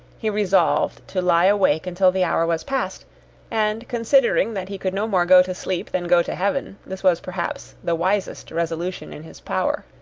he resolved to lie awake until the hour was passed and, considering that he could no more go to sleep than go to heaven, this was perhaps the wisest resolution in his power.